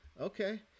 Okay